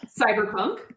Cyberpunk